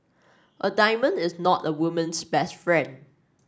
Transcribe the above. a diamond is not a woman's best friend